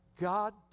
God